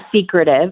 secretive